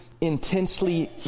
intensely